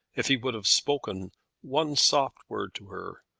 if he would have spoken one soft word to her,